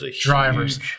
drivers